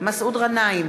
מסעוד גנאים,